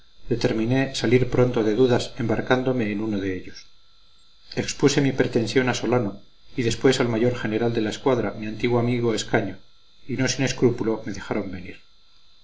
determiné salir pronto de dudas embarcándome en uno de ellos expuse mi pretensión a solano y después al mayor general de la escuadra mi antiguo amigo escaño y no sin escrúpulo me dejaron venir